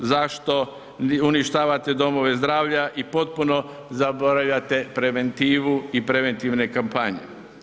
Zašto uništavate domove zdravlja i potpuno zaboravljate preventivu i preventivne kampanje?